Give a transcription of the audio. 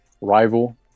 rival